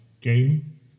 game